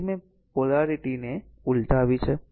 તેથી મેં પોલારીટી ને ઉલટાવી છે